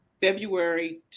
February